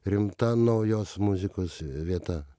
rimta naujos muzikos vieta